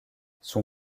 son